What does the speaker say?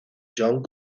john